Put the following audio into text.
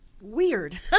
weird